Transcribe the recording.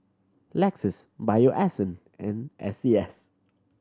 Lexus Bio Essence and S C S